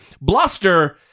Bluster